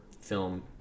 film